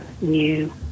new